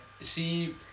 see